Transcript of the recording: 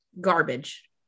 garbage